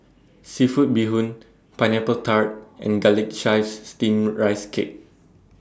Seafood Bee Hoon Pineapple Tart and Garlic Chives Steamed Rice Cake